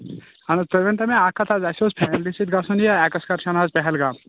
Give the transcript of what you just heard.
اَہَن حظ تُہۍ ؤنۍتَو مےٚ اکھ کتھ اسہِ اوس فیملی سٍتۍ گژھُن ایٚکٕس کرٛشن حظ پہلگام